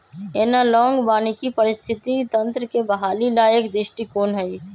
analogue वानिकी पारिस्थितिकी तंत्र के बहाली ला एक दृष्टिकोण हई